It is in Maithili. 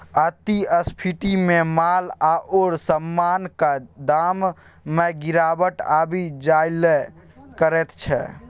अति स्फीतीमे माल आओर समानक दाममे गिरावट आबि जाएल करैत छै